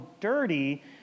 dirty